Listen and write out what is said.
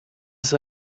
ist